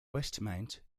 westmount